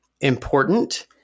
important